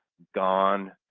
gone,